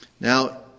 Now